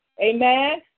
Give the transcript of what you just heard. Amen